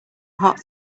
hot